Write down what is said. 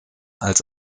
als